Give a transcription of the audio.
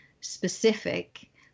specific